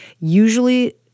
Usually